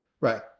Right